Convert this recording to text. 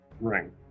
ring